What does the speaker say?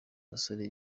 abasore